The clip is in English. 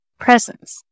presence